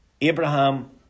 Abraham